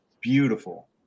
beautiful